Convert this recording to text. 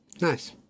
nice